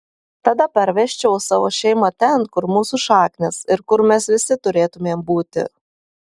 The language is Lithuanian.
tada parvežčiau savo šeimą ten kur mūsų šaknys ir kur mes visi turėtumėm būti